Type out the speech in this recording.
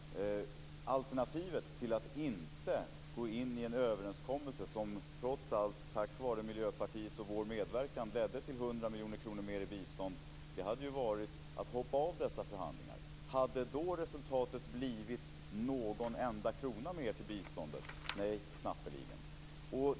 Alternativet till att inte gå in i en överenskommelse som trots allt, tack vare Miljöpartiets och vår medverkan, ledde till 100 miljoner kronor mer i bistånd hade varit att hoppa av dessa förhandlingar. Hade resultatet då blivit någon enda krona mer till biståndet? Nej, knappast.